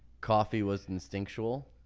coffee was instinctual.